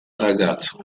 ragazzo